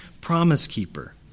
promise-keeper